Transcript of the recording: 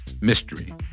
mystery